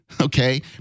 okay